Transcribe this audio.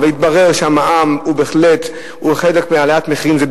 אבל התברר שהמע"מ הוא חלק מהעלאת המחירים.